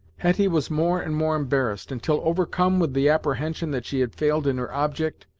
hetty was more and more embarrassed, until overcome with the apprehension that she had failed in her object,